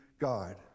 God